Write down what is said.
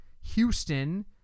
Houston